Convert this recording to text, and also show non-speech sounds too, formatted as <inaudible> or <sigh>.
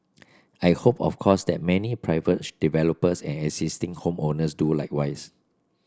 I hope of course that many private <unintelligible> developers and existing home owners do likewise